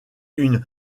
une